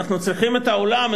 אנחנו צריכים את העולם,